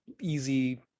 easy